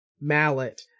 Mallet